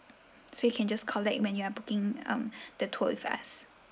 so you can just collect when you are booking um the tour with us